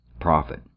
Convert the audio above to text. profit